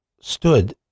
stood